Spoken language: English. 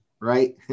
right